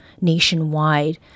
nationwide